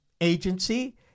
agency